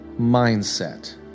mindset